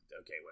okay